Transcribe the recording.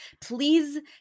Please